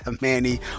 manny